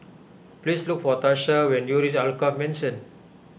please look for Tarsha when you reach Alkaff Mansion